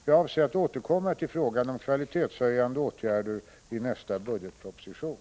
Jag avser att återkomma till frågan om kvalitetshöjande åtgärder i nästa budgetproposition.